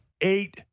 Eight